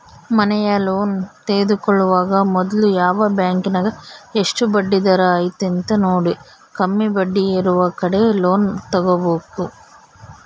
ಮನೆಯ ಲೋನ್ ತೆಗೆದುಕೊಳ್ಳುವಾಗ ಮೊದ್ಲು ಯಾವ ಬ್ಯಾಂಕಿನಗ ಎಷ್ಟು ಬಡ್ಡಿದರ ಐತೆಂತ ನೋಡಿ, ಕಮ್ಮಿ ಬಡ್ಡಿಯಿರುವ ಕಡೆ ಲೋನ್ ತಗೊಬೇಕು